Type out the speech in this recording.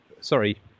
Sorry